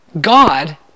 God